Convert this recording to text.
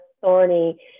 thorny